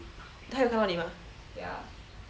他有看到你吗